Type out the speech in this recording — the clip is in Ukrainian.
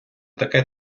таке